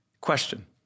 Question